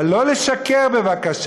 אבל לא לשקר, בבקשה.